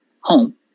home